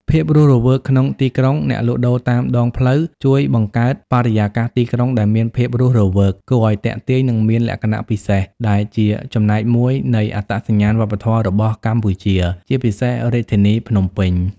ភាពរស់រវើកក្នុងទីក្រុង អ្នកលក់ដូរតាមដងផ្លូវជួយបង្កើតបរិយាកាសទីក្រុងដែលមានភាពរស់រវើក គួរឱ្យទាក់ទាញ និងមានលក្ខណៈពិសេស ដែលជាចំណែកមួយនៃអត្តសញ្ញាណវប្បធម៌របស់កម្ពុជា ជាពិសេសរាជធានីភ្នំពេញ ។